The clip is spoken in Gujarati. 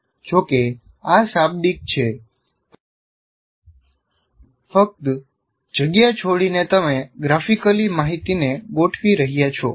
જો કે આ શાબ્દિક છે ફક્ત જગ્યા છોડીને તમે ગ્રાફિકલી માહિતીને ગોઠવી રહ્યા છો